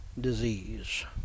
disease